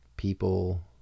people